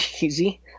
easy